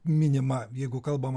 minima jeigu kalbama